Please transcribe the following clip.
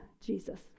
Jesus